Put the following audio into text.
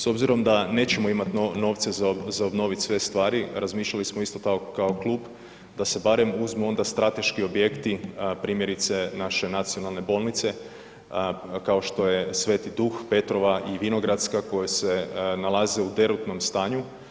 S obzirom da nećemo imati novce za obnovit sve stvari, razmišljali smo kao klub da se barem uzmu onda strateški objekti, primjerice naše nacionalne bolnice kao što je Sv. Duh, Petrova i Vinogradska koje se nalaze u derutnom stanju.